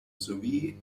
sowie